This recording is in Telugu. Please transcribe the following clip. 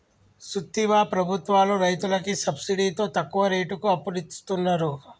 సూత్తివా ప్రభుత్వాలు రైతులకి సబ్సిడితో తక్కువ రేటుకి అప్పులిస్తున్నరు